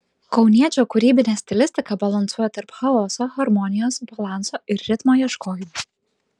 kauniečio kūrybinė stilistika balansuoja tarp chaoso harmonijos balanso ir ritmo ieškojimų